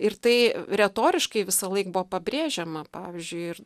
ir tai retoriškai visąlaik buvo pabrėžiama pavyzdžiui ir